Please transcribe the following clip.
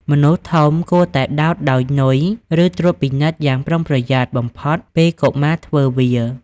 មនុស្សធំគួរតែដោតដោយ នុយ ឬ ត្រួតពិនិត្យយ៉ាងប្រុងប្រយ័ត្នបំផុតពេលកុមារធ្វើវា។